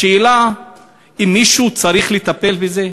השאלה היא אם מישהו צריך לטפל בזה.